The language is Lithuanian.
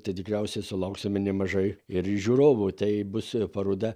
tad tikriausiai sulauksime nemažai ir žiūrovų tai bus paroda